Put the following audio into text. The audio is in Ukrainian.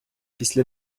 після